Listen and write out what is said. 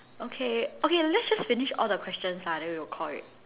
okay okay let's just finish all the questions lah then we would call it